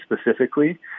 specifically